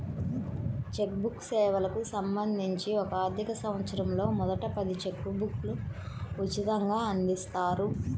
check book సేవలకు సంబంధించి ఒక ఆర్థికసంవత్సరంలో మొదటి పది చెక్ లీఫ్లు ఉచితంగ అందిస్తారు